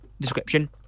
description